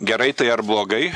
gerai tai ar blogai